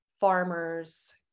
farmers